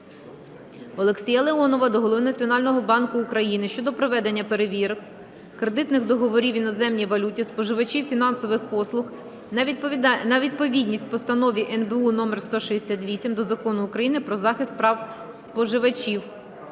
Олексія Леонова до Голови Національного банку України щодо проведення перевірок кредитних договорів в іноземній валюті споживачів фінансових послуг на відповідність Постанові НБУ №168 та Закону України "Про захист прав споживачів".